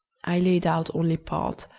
i laid out only part,